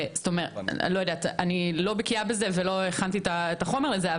אני לא בקיאה בזה ולא הכנתי את החומר לזה,